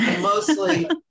Mostly